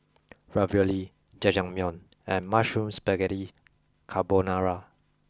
Ravioli Jajangmyeon and Mushroom Spaghetti Carbonara